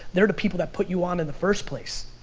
they're the people that put you on in the first place.